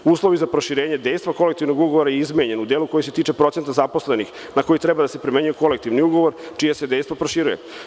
Uslovi za proširenje dejstva kolektivnog ugovora je izmenjen u delu koji se tiče procenta zaposlenih, na koji treba da se primenjuje kolektivni ugovor čije se dejstvo proširuje.